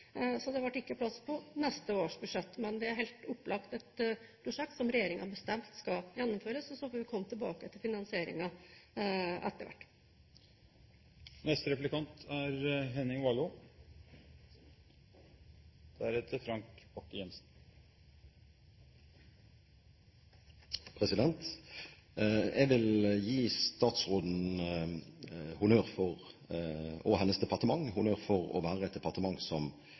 så det ble ikke plass på neste års budsjett. Men det er helt opplagt et prosjekt som regjeringen har bestemt skal gjennomføres, og så får vi komme tilbake til finansieringen etter hvert. Jeg vil gi statsråden og hennes departement honnør for at de prioriterer det å